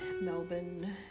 Melbourne